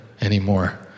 anymore